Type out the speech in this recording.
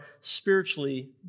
spiritually